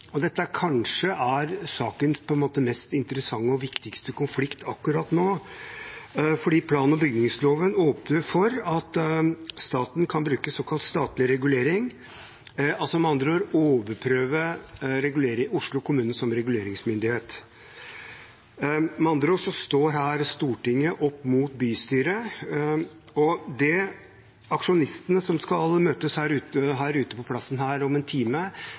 er kanskje den mest interessante og viktigste konflikten akkurat nå, fordi plan- og bygningsloven åpner for at staten kan bruke såkalt statlig regulering, med andre ord: overprøve Oslo kommune som reguleringsmyndighet. Med andre ord står Stortinget her opp mot bystyret. Det aksjonistene som skal møtes her ute på plassen om en time,